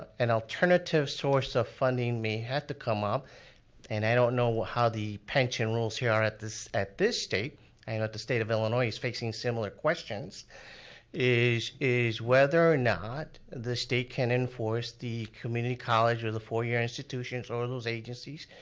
an alternative source of funding may have to come up and i don't know how the pension rules here are at this at this state and that the state of illinois is facing similar questions is is whether or not the state can enforce the community college or the four year institutions or all those agencies,